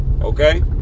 okay